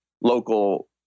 local